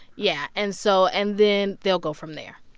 yeah. and so and then they'll go from there